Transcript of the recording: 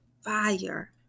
fire